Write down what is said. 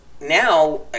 now